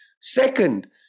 Second